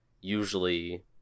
usually